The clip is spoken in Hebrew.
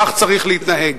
כך צריך להתנהג.